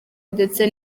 ndetse